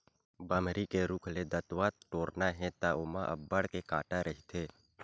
बमरी के रूख ले दतवत टोरना हे त ओमा अब्बड़ के कांटा रहिथे